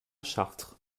chartres